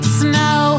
snow